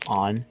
on